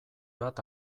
bat